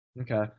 Okay